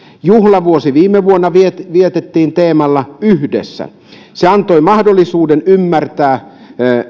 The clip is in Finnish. juhlavuosi viime vuonna vietettiin vietettiin teemalla yhdessä se antoi mahdollisuuden ymmärtää